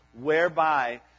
whereby